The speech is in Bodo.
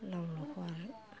लाव लावखौ आरो